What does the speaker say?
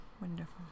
wonderful